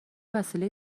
وسیله